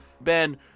Ben